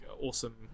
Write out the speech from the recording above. awesome